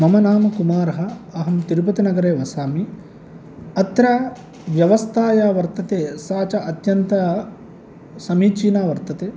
मम नाम कुमारः अहं तिरुपतिनगरे वसामि अत्र व्यवस्था या वर्तते सा च अत्यन्तं समीचीना वर्तते